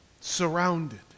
surrounded